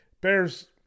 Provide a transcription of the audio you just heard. Bears